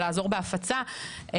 לעזור בהפצה,